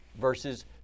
versus